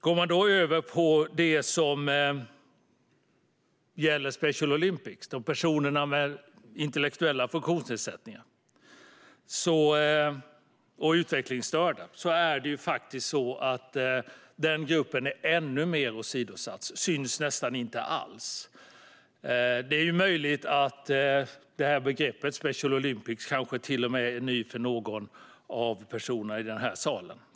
När det gäller Special Olympics och personer med intellektuella funktionsnedsättningar och utvecklingsstörda är det faktiskt så att den gruppen är ännu mer åsidosatt. Den syns nästan inte alls. Det är möjligt att begreppet Special Olympics är nytt till och med för någon i den här salen.